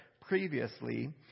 previously